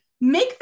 make